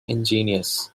ingenious